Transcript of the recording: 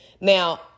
Now